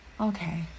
Okay